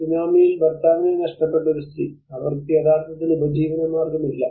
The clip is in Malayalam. സുനാമിയിൽ ഭർത്താവിനെ നഷ്ടപ്പെട്ട ഒരു സ്ത്രീ അവർക്ക് യഥാർത്ഥത്തിൽ ഉപജീവനമാർഗമില്ല